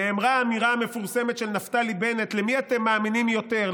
נאמרה האמירה המפורסמת של נפתלי בנט: למי אתם מאמינים יותר,